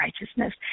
righteousness